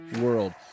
world